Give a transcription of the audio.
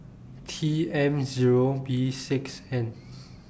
T M Zero B six N